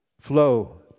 flow